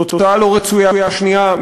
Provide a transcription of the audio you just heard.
תוצאה לא רצויה שנייה,